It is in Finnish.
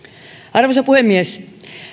arvoisa puhemies